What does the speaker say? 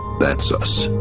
that's us.